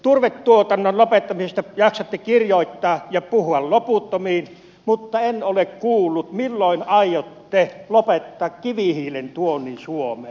turvetuotannon lopettamisesta jaksatte kirjoittaa ja puhua loputtomiin mutta en ole kuullut milloin aiotte lopettaa kivihiilen tuonnin suomeen